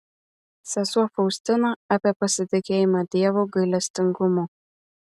sesuo faustina apie pasitikėjimą dievo gailestingumu